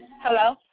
Hello